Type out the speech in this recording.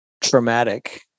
traumatic